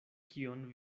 kion